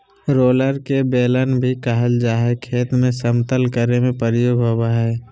roller के बेलन भी कहल जा हई, खेत के समतल करे में प्रयोग होवअ हई